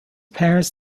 parents